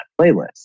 playlist